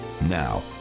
Now